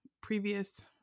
previous